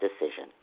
decision